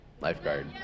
lifeguard